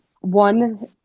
one